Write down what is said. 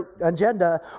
agenda